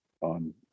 on